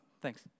thanks